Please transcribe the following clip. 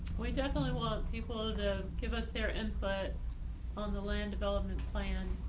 we definitely want people to give us their input on the land development plan.